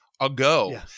ago